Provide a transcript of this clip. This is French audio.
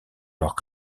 leurs